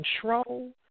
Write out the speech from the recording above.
control